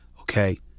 Okay